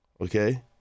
okay